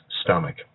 stomach